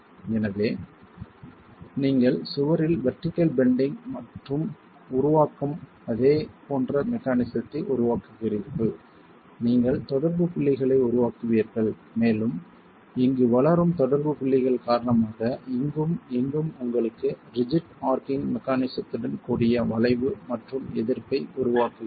எனவே நீங்கள் சுவரில் வெர்டிகள் பெண்டிங் மற்றும் உருவாக்கும் அதே போன்ற மெக்கானிசத்தை உருவாக்குகிறீர்கள் நீங்கள் தொடர்பு புள்ளிகளை உருவாக்குவீர்கள் மேலும் இங்கு வளரும் தொடர்பு புள்ளிகள் காரணமாக இங்கும் இங்கும் உங்களுக்கு ரிஜிட் ஆர்ச்சிங் மெக்கானிசத்துடன் கூடிய வளைவு மற்றும் எதிர்ப்பை உருவாக்குகிறது